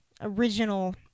original